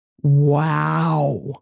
Wow